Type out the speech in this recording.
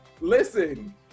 Listen